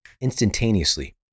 instantaneously